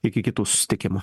iki kitų susitikimų